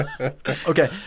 Okay